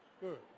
Good